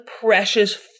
precious